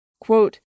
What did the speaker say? quote